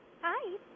Hi